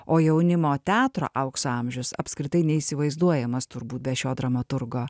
o jaunimo teatro aukso amžius apskritai neįsivaizduojamas turbūt be šio dramaturgo